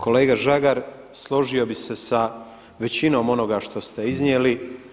Kolega Žagar, složio bi se sa većinom onoga što ste iznijeli.